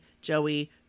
Joey